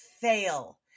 fail